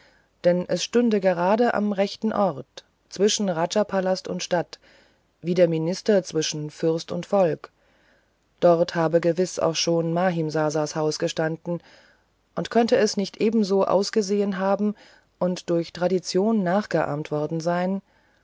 denn es stünde gerade am rechten ort zwischen rajapalast und stadt wie der minister zwischen fürst und volk dort habe gewiß auch schon mahimsasas haus gestanden und könnte es nicht ebenso ausgesehen haben und durch tradition nachgeahmt worden sein